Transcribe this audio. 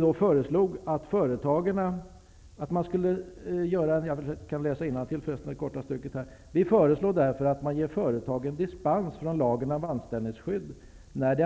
Vi föreslog att man skall ge företagen dispens från lagen om anställningsskydd, när de